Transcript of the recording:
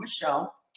Michelle